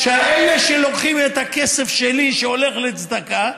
שעל אלה שלוקחים את הכסף שלי, שהולך לצדקה,